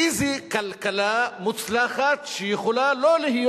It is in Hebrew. איזו כלכלה מוצלחת יכולה שלא להיות